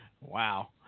Wow